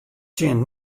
tsjin